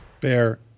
Bear